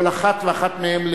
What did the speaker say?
כל אחת ואחת מהן,